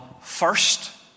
first